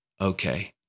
okay